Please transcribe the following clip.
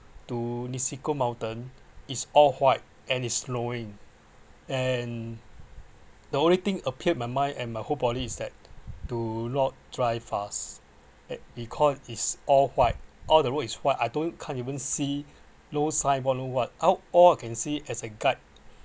to niseko mountain is all white and is snowing and the only thing appeared in my mind and my whole body is that do not drive fast because is all white all the road is white I don’t can't even see no signboard no what out all I can see as a guide